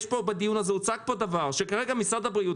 בדיון הזה הוצג פה שכרגע משרד הבריאות,